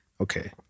Okay